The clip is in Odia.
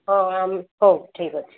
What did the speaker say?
ହଁ ଆମ ହଉ ଠିକ୍ ଅଛି